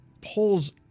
pulls